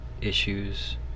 issues